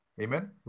Amen